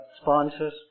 sponsors